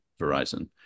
Verizon